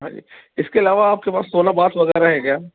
ہاں جی اس کے علاوہ آپ کے پاس سونا باتھ وغیرہ ہے کیا